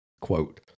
quote